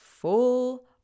full